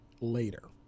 later